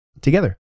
together